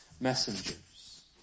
messengers